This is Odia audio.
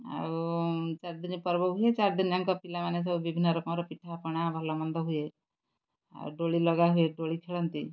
ଆଉ ଚାରି ଦିନ ପର୍ବ ହୁଏ ଚାରି ଦିନଯାକ ପିଲାମାନେ ସବୁ ବିଭିନ୍ନ ରକମର ପିଠାପଣା ଭଲମନ୍ଦ ହୁଏ ଆଉ ଦୋଳି ଲଗା ହୁଏ ଦୋଳି ଖେଳନ୍ତି